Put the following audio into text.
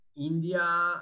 India